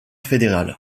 fédéral